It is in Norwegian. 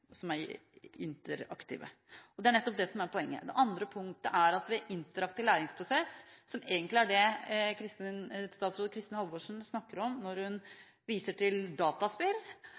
som er interaktive. Det er nettopp det som er poenget. Det andre punktet er at interaktiv læringsprosess, som egentlig er det som statsråd Kristin Halvorsen snakker om når hun viser til dataspill,